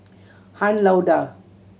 Han Lao Da